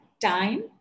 time